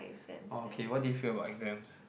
orh okay what do you feel about exams